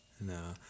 No